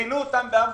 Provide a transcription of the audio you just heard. פינו אותם באמבולנס.